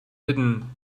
hidden